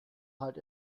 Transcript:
halt